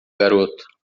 garoto